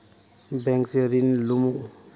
Bank से ऋण लुमू?